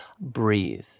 Breathe